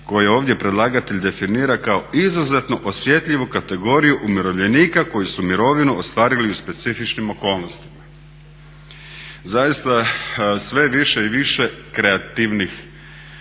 koji ovdje predlagatelj definira kao izuzetno osjetljivu kategoriju umirovljenika koji su mirovinu ostvarili u specifičnim okolnostima. Zaista sve je više i više kreativnih